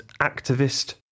activist